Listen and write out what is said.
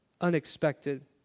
unexpected